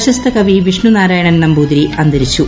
പ്രശസ്ത കവി വിഷ്ണു നാരായണൻ നമ്പൂതിരി അന്തരിച്ചു